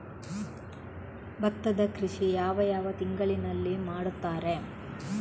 ಭತ್ತದ ಕೃಷಿ ಯಾವ ಯಾವ ತಿಂಗಳಿನಲ್ಲಿ ಮಾಡುತ್ತಾರೆ?